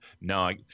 No